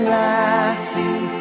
laughing